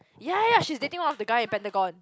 ya ya she is dating one of the guy in Pentagon